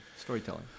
Storytelling